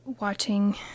watching